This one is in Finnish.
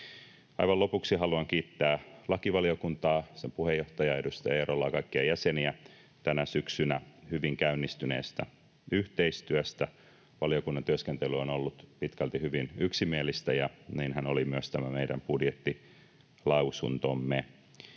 Aivan lopuksi haluan kiittää lakivaliokuntaa, sen puheenjohtaja, edustaja Eerolaa ja kaikkia jäseniä, tänä syksynä hyvin käynnistyneestä yhteistyöstä. Valiokunnan työskentely on ollut pitkälti hyvin yksimielistä, ja niinhän oli myös tämä meidän budjettilausuntomme.